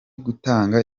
gutanga